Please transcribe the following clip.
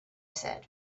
said